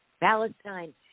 Palestine